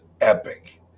epic